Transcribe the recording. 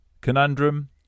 conundrum